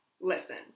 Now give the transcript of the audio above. listen